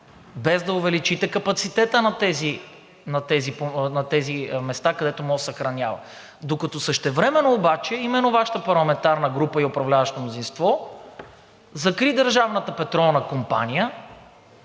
без да увеличите капацитета на тези места, където може да се съхранява. Докато същевременно обаче именно Вашата парламентарна група и управляващото мнозинство закри